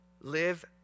Live